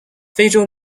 非洲